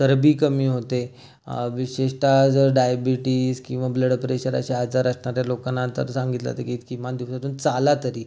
चरबी कमी होते विशेषत जर डायबेटीस किंवा ब्लड प्रेशर अशा आजार असणाऱ्या लोकांना तर सांगितलं जातं की किमान दिवसातून चाला तरी